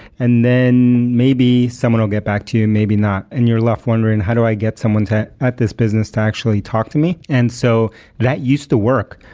and then maybe someone will get back to you maybe not, and you're left wondering, how do i get someone to at this business to actually talk to me? and so that used to work,